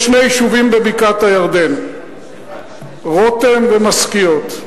יש שני יישובים בבקעת-הירדן, רותם ומשכיות.